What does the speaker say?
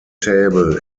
table